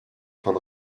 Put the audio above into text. von